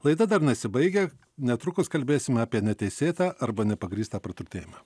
laida dar nesibaigia netrukus kalbėsime apie neteisėtą arba nepagrįstą praturtėjimą